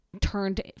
turned